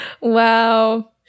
wow